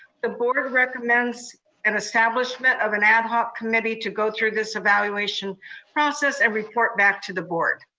the board recommends an establishment of an ad hoc committee to go through this evaluation process and report back to the board.